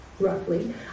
roughly